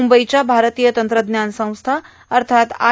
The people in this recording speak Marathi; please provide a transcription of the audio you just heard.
मुंबईच्या भारतीय तंत्रज्ञान संस्था आय